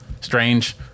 Strange